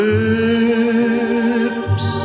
lips